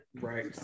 Right